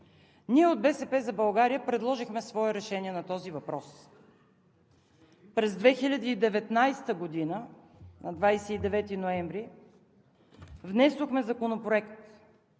Ние от „БСП за България“ предложихме свое решение на този въпрос. През 2019 г. – на 29 ноември, внесохме законопроект,